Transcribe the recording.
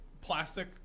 plastic